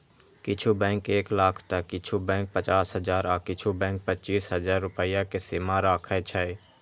किछु बैंक एक लाख तं किछु बैंक पचास हजार आ किछु बैंक पच्चीस हजार रुपैया के सीमा राखै छै